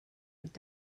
would